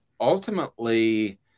ultimately